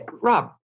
Rob